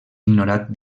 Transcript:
ignorat